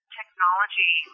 technology